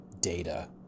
data